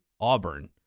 Auburn